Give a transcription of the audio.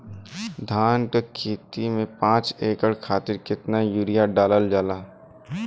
धान क खेती में पांच एकड़ खातिर कितना यूरिया डालल जाला?